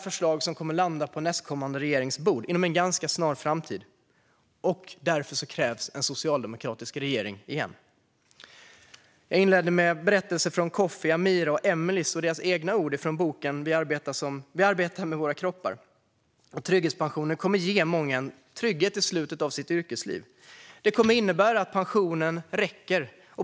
Förslag kommer att landa på nästkommande regerings bord inom en ganska snar framtid, och därför krävs att vi återigen får en socialdemokratisk regering. Jag inledde med berättelser från Kofi, Amirah och Emilie och deras egna ord från boken Vi som arbetar med våra kroppar . Trygghetspensionen kommer att ge många en trygghet i slutet av yrkeslivet. Den kommer innebära att pensionen räcker.